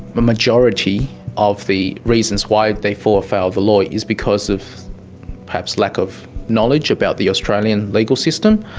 a majority of the reasons why they fall afoul of the law is because of perhaps lack of knowledge about the australian legal system,